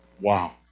Wow